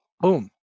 Boom